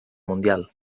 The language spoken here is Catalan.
mundial